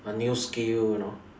a new skill you know